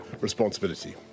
responsibility